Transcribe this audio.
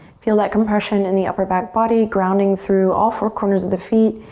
feel that compression in the upper back body, grounding through all four corners of the feet.